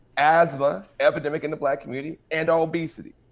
asthma, epidemic in the black community. and obesity,